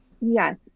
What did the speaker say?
yes